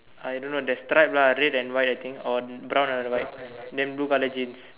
I don't know there's stripe lah red and white I think or brown and white then blue color jeans